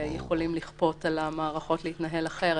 יכולים לכפות על המערכות להתנהל אחרת.